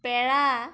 পেৰা